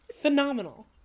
Phenomenal